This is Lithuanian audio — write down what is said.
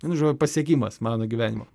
vienu žo pasiekimas mano gyvenimo